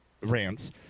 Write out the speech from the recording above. rants